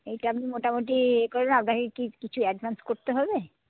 এইটা আপনি মোটামুটি এ করুন আপনাকে কি কিছু অ্যাডভান্স করতে হবে